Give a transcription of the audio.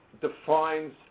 defines